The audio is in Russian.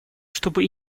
чтобы